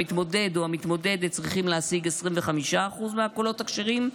המתמודד או המתמודדת צריכים להשיג 25% מהקולות הכשרים,